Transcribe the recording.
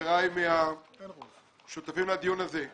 חבריי השותפים לדיון הזה.